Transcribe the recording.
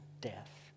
death